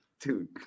dude